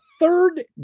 third